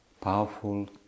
powerful